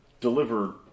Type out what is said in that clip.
deliver